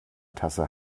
tasse